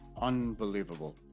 unbelievable